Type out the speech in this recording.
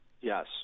Yes